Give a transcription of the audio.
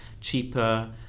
cheaper